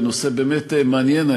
בנושא באמת מעניין.